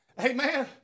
Amen